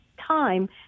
time